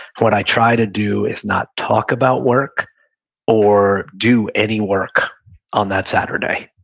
what i try to do is not talk about work or do any work on that saturday,